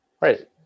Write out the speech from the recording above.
Right